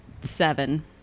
seven